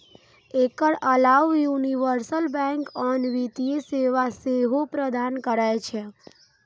एकर अलाव universal bank आन वित्तीय सेवा सेहो प्रदान करै छै